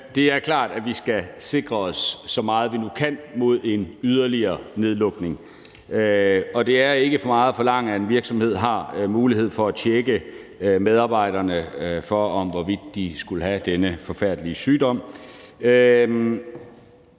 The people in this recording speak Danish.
Det er klart, at vi skal sikre os så meget, vi nu kan, mod en yderligere nedlukning, og det er ikke for meget at forlange, at en virksomhed har mulighed for at tjekke medarbejderne for, hvorvidt de skulle have denne forfærdelige sygdom.